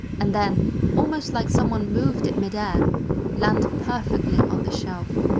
and then almost like someone moved it mid air land perfectly on the shelf.